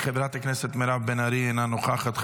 חברת הכנסת מירב בן ארי, אינה נוכחת.